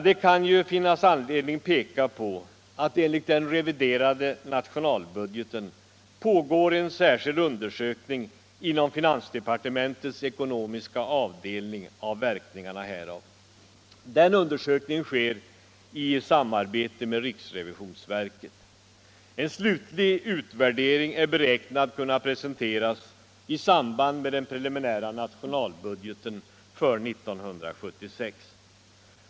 Det kan finnas anledning att peka på att enligt den reviderade nationalbudgeten pågår inom finansdepartementets ekonomiska avdelning en särskild undersökning av verkningarna härav. Den undersökningen sker i samarbete med riksrevisionsverket. En slutlig utvärdering beräknas kunna presenteras i samband med den preliminära nationalbudgeten för 1976.